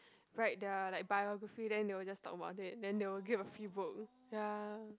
write their like biography then they will just talk about it then they will give a free book ya